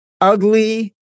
ugly